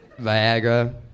Viagra